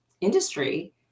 industry